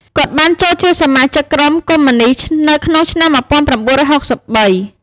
គាត់បានចូលជាសមាជិកក្រុម កុម្មុយនីស្តនៅក្នុងឆ្នាំ១៩៦៣។